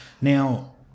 now